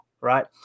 right